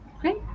Great